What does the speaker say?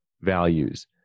values